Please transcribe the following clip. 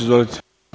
Izvolite.